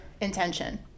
intention